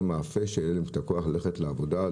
המאפה כדי שיהיה להם את הכוח ללכת לעבודה,